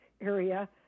area